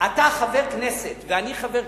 אתה חבר כנסת ואני חבר כנסת.